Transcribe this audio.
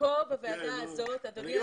אני אומר